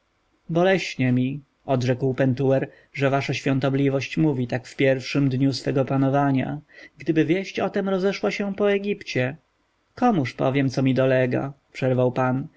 boleśnie mi odrzekł pentuer że wasza świątobliwość mówi tak w pierwszym dniu swego panowania gdyby wieść o tem rozeszła się po egipcie komuż powiem co mi dolega przerwał pan